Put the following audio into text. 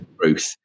truth